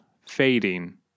fading